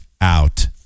out